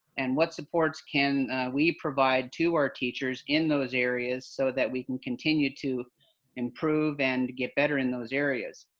and what supports can we provide to our teachers in those areas so that we can continue to improve and get better in those areas.